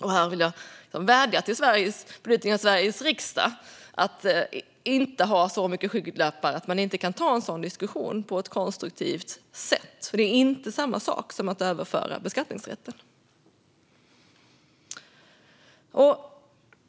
Här vill jag vädja till politikerna i Sveriges riksdag att inte ha så mycket skygglappar att man inte kan ta en sådan diskussion på ett konstruktivt sätt. Det är inte samma sak som att överföra beskattningsrätten.